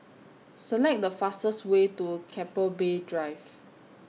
Select The fastest Way to Keppel Bay Drive